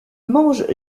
mange